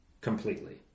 completely